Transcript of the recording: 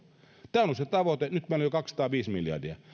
tämä on ollut se tavoite ja nyt meillä on jo kaksisataaviisi miljardia